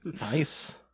Nice